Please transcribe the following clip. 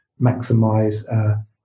maximize